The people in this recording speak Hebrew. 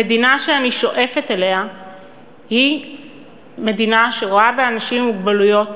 המדינה שאני שואפת אליה היא מדינה שרואה באנשים עם מוגבלויות